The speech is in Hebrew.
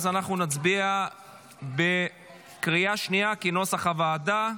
אז אנחנו נצביע בקריאה שנייה, כנוסח הוועדה,